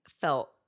felt